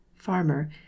Farmer